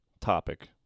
topic